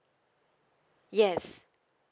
yes